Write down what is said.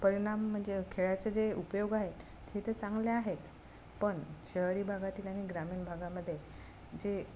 परिणाम म्हणजे खेळाचं जे उपयोग आहेत ते तर चांगले आहेत पण शहरी भागातील आणि ग्रामीण भागामध्ये जे